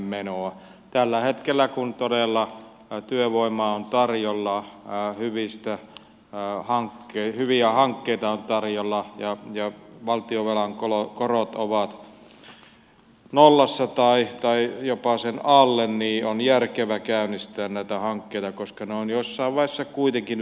kun tällä hetkellä todella työvoimaa on tarjolla hyviä hankkeita on tarjolla ja valtionvelan korot ovat nollassa tai jopa sen alle niin on järkevä käynnistää näitä hankkeita koska ne on jossain vaiheessa kuitenkin välttämätöntä tehdä